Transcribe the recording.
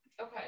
Okay